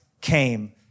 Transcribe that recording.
came